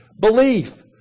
belief